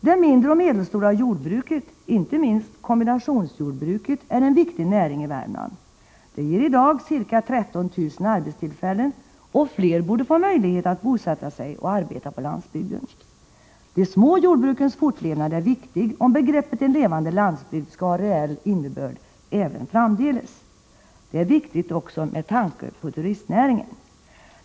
Det mindre och medelstora jordbruket — inte minst kombinationsjordbruk — är en viktig näring i Värmland. Det ger i dag ca 13 000 arbetstillfällen, och fler borde få möjlighet att bosätta sig och arbeta på landsbygden. De små jordbrukens fortlevnad är viktig, om begreppet ”en levande landsbygd” skall ha reell innebörd även framdeles. Det är viktigt också med tanke på turistnäringen.